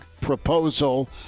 proposal